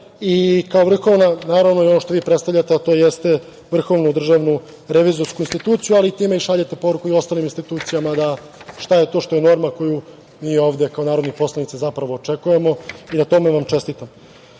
kontrole i naravno ono što vi predstavljate, a to jeste vrhovnu državnu revizorsku instituciju, ali i time šaljete poruku i ostalim institucijama šta je to što je norma koju mi ovde kao narodni poslanici zapravo očekujemo i na tome vam